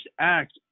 act